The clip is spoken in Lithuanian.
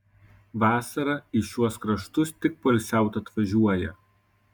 vasarą į šiuos kraštus tik poilsiaut atvažiuoja